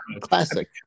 Classic